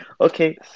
Okay